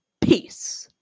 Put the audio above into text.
Peace